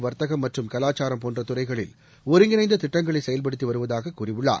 வர்த்தகம் மற்றும் கலாச்சாரம் போன்ற துறைகளில் ஒருங்கிணைந்து திட்டங்களை செயல்படுத்தி வருவதாக கூறியுள்ளார்